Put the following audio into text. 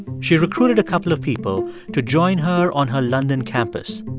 she recruited a couple of people to join her on her london campus.